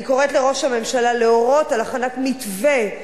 אני קוראת לראש הממשלה להורות על הכנת מתווה,